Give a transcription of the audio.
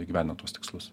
įgyvendint tuos tikslus